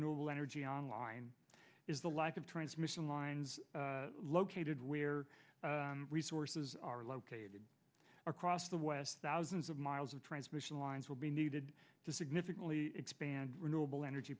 will energy online is the lack of transmission lines located where resources are located across the west thousands of miles of transmission lines will be needed to significantly expand renewable